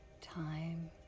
time